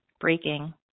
breaking